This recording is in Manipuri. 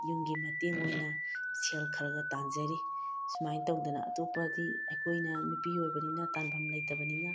ꯌꯨꯝꯒꯤ ꯃꯇꯦꯡ ꯑꯣꯏꯅ ꯁꯦꯜ ꯈꯔ ꯈꯔ ꯇꯥꯟꯖꯔꯤ ꯁꯨꯃꯥꯏꯅ ꯇꯧꯗꯅ ꯑꯇꯣꯞꯄꯗꯤ ꯑꯩꯈꯣꯏꯅ ꯅꯨꯄꯤ ꯑꯣꯏꯕꯅꯤꯅ ꯇꯥꯟꯐꯝ ꯂꯩꯇꯕꯅꯤꯅ